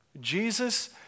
Jesus